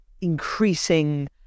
increasing